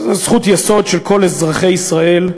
זו זכות יסוד של כל אזרחי ישראל,